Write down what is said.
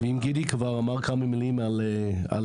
אם גידי אמר כמה מילים על תגלית,